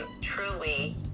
truly